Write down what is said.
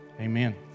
Amen